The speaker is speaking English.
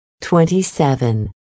Twenty-seven